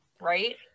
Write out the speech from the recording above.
right